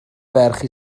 ferch